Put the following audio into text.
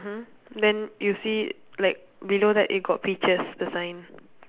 mmhmm then you see like below that it got peaches the sign